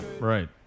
Right